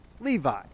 Levi